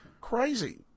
crazy